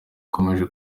akomeje